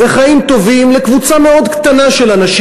זה חיים טובים לקבוצה מאוד קטנה של אנשים